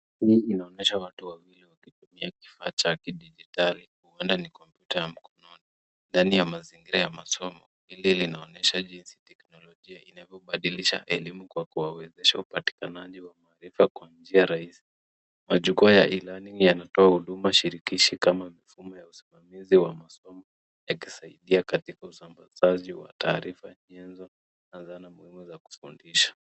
Hii inaonyesha watu wawili wakitumia kifaa cha kidijitali huenda ni komputa ya mkononi. Ndani ya mazingira ya masomo hili linaonyesha jinsi teknolojia inavyobadilisha elimu kwa kuwawezesha upatikanaji wa maarifa kwa njia rahisi. Majukwaa ya e-learning yanatoa huduma shirikishi kama mfumo ya usimamizi wa masomo ikisaidia katika usambazaji wa taarifa nyenzo na dhana muhimu ya kufundisha.